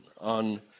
on